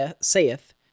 saith